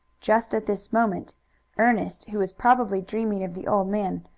just at this moment ernest, who was probably dreaming of the old man,